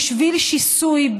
בשביל שיסוי,